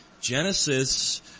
Genesis